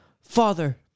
Father